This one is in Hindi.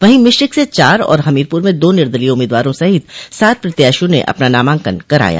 वहीं मिश्रिख से चार और हमीरपुर में दो निर्दलीय उम्मीदवारों सहित सात प्रत्याशियों ने अपना नामांकन कराया